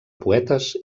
poetes